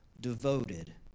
devoted